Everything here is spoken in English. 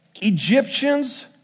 Egyptians